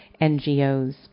NGOs